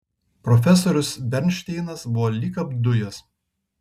profesorius bernšteinas buvo lyg apdujęs